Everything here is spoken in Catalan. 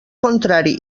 contrari